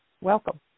Welcome